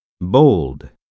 bold